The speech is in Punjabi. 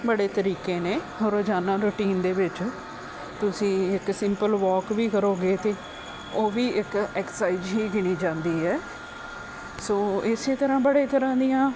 ਬੜੇ ਤਰੀਕੇ ਨੇ ਰੋਜ਼ਾਨਾ ਰੂਟੀਨ ਦੇ ਵਿੱਚ ਤੁਸੀਂ ਇੱਕ ਸਿੰਪਲ ਵਾਕ ਵੀ ਕਰੋਗੇ ਤਾਂ ਉਹ ਵੀ ਇੱਕ ਐਕਸਰਸਾਈਜ਼ ਹੀ ਗਿਣੀ ਜਾਂਦੀ ਹੈ ਸੋ ਇਸੇ ਤਰ੍ਹਾਂ ਬੜੇ ਤਰ੍ਹਾਂ ਦੀਆਂ